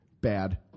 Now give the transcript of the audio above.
bad